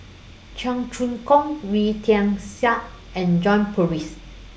Cheong Choong Kong Wee Tian Siak and John Purvis